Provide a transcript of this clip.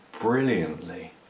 brilliantly